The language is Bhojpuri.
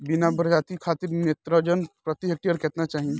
बौना प्रजाति खातिर नेत्रजन प्रति हेक्टेयर केतना चाही?